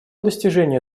достижения